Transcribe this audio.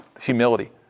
humility